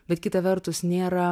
bet kita vertus nėra